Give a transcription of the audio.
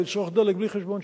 ולצרוך דלק בלי חשבון.